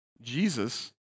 Jesus